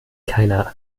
keiner